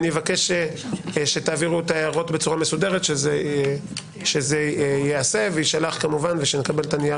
אני אבקש שתעבירו את ההערות בצורה מסודרת ושנקבל את נייר